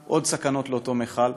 עוד סכנות לאותו מכל,